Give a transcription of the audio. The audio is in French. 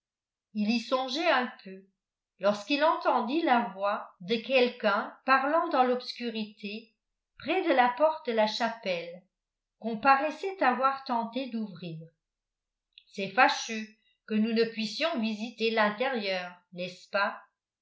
il y songeait un peu lorsqu'il entendit la voix de quelqu'un parlant dans l'obscurité près de la porte de la chapelle qu'on paraissait avoir tenté d'ouvrir c'est fâcheux que nous ne puissions visiter l'intérieur n'est-ce pas